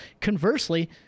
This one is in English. conversely